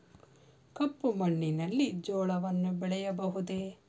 ಕಪ್ಪು ಮಣ್ಣಿನಲ್ಲಿ ಜೋಳವನ್ನು ಬೆಳೆಯಬಹುದೇ?